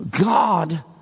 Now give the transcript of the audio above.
God